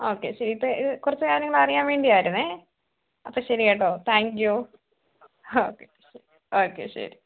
okay ശരി ഇപ്പം ഇത് കുറച്ചു കാര്യങ്ങൾ അറിയാൻ വേണ്ടിയായിരുന്നേ അപ്പം ശരി കേട്ടോ താങ്ക് യു ഹാ ഓകെ ഓക്കെ ശരി